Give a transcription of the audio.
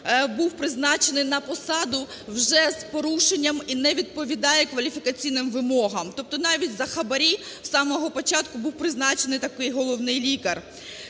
був призначений на посаду вже з порушенням, і не відповідає кваліфікаційним вимогам, тобто навіть за хабарі з самого початку був призначений такий головний лікар.